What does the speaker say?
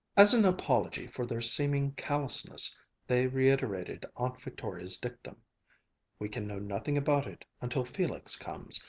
as an apology for their seeming callousness they reiterated aunt victoria's dictum we can know nothing about it until felix comes.